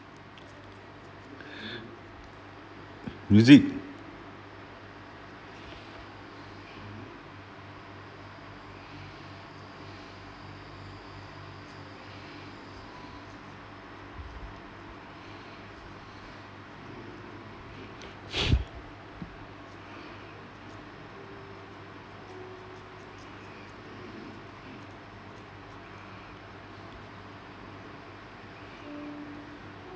music